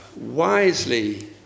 wisely